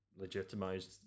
legitimized